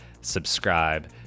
subscribe